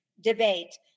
debate